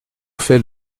fait